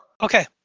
Okay